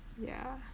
ya